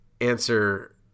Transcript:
answer